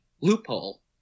loophole